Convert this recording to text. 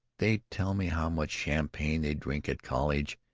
they tell me how much champagne they drink at college,